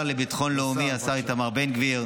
השר לביטחון לאומי, השר איתמר בן גביר.